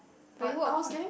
but you work quite